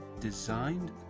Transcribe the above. designed